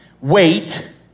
wait